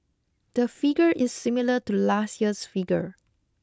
the figure is similar to last year's figure